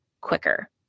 quicker